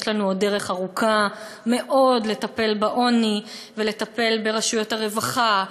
יש לנו עוד דרך ארוכה מאוד לטפל בעוני ולטפל ברשויות הרווחה,